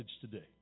today